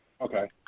Okay